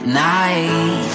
night